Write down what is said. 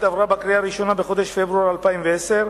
עברה בקריאה ראשונה בחודש פברואר 2010,